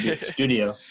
studio